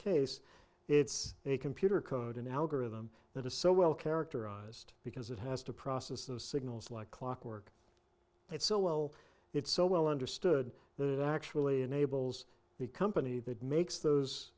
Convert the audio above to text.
case it's a computer code an algorithm that is so well characterized because it has to process of signals like clockwork it's so well it's so well understood that it actually enables the company that makes those